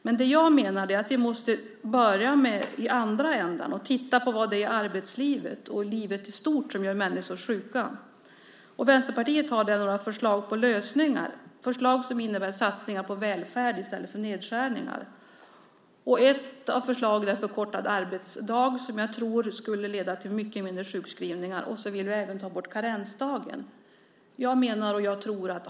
Men jag menar att vi måste börja i andra änden och se på vad det är i arbetslivet och i livet i stort som gör människor sjuka. Vänsterpartiet har några förslag till lösningar. Det är förslag som innebär satsningar på välfärd i stället för nedskärningar. Ett av förslagen är förkortad arbetsdag. Jag tror att det skulle leda till färre sjukskrivningar. Vi vill också ta bort karensdagen.